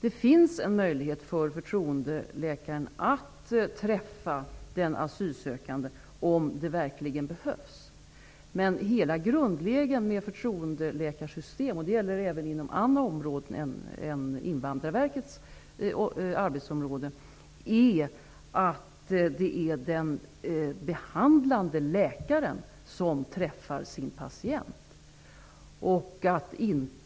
Det finns en möjlighet för förtroendeläkaren att träffa den asylsökande om det verkligen behövs. Men grundregeln i förtroendeläkarsystemet -- det gäller även inom andra områden än Invandrarverkets arbetsområde -- är att det är den behandlande läkaren som träffar sin patient.